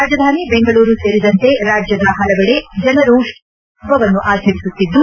ರಾಜಧಾನಿ ಬೆಂಗಳೂರು ಸೇರಿದಂತೆ ರಾಜ್ಯದ ಹಲವೆಡೆ ಜನರು ತ್ರದ್ದಾಭಕ್ತಿಯಿಂದ ಹಬ್ಬವನ್ನು ಆಚರಿಸುತ್ತಿದ್ದು